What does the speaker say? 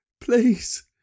please